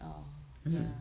oh ya